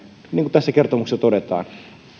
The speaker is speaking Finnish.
tässä kertomuksessa todetaan